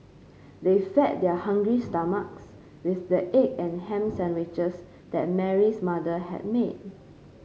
they fed their hungry stomachs with the egg and ham sandwiches that Mary's mother had made